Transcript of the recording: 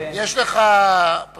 יש לך פררוגטיבה.